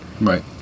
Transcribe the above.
Right